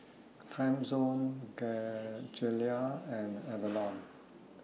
Timezone Gelare and Avalon